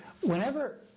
whenever